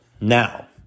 Now